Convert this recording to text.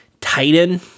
titan